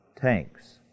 tanks